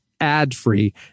Ad-free